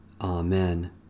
Amen